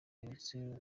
iherutse